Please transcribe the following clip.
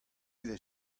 evel